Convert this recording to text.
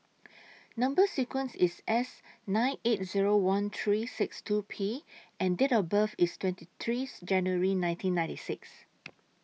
Number sequence IS S nine eight Zero one three six two P and Date of birth IS twenty three January nineteen ninety six